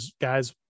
guys